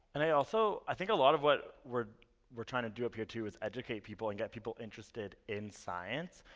and i also, i think a lot of what we're we're trying to do up here, too, is educate people and get people interested in science.